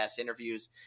interviews